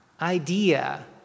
idea